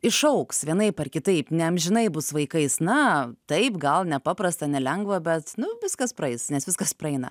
išaugs vienaip ar kitaip neamžinai bus vaikais na taip gal nepaprasta nelengva bet nu viskas praeis nes viskas praeina